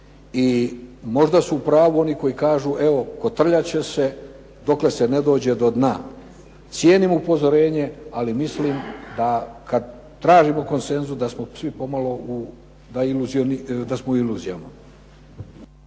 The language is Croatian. I možda su u pravu oni koji kažu, evo kotrljat će se dok se ne dođe do dna. Cijenim upozorenje ali mislim da kad tražimo konsenzus da smo svi pomalo u iluzijama.